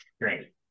Great